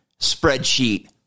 spreadsheet